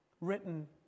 written